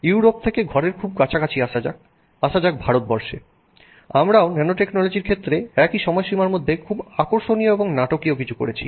Europe থেকে ঘরের খুব কাছাকাছি আসা যাক আসা যাক ভারতবর্ষে আমরাও ন্যানোটেকনোলজির ক্ষেত্রে একই সময়সীমার মধ্যে খুব আকর্ষণীয় এবং নাটকীয় কিছু করেছি